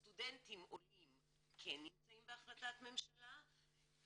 סטודנטים עולים כן נמצאים בהחלטת ממשלה,